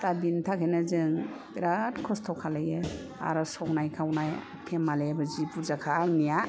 दा बिनि थाखायनो जों बिराथ खस्थ' खालायो आरो संनाय खावनाय फेमालिआबो जि बुरजाखा आंनिया